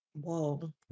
Whoa